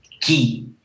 key